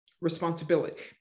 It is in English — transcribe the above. responsibility